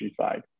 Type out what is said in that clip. side